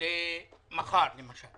למחר למשל